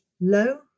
low